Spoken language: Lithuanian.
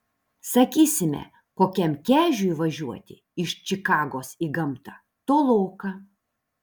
sakysime kokiam kežiui važiuoti iš čikagos į gamtą toloka